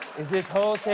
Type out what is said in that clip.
is this whole thing